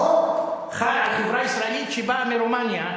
החוק חל על חברה ישראלית שבאה מרומניה,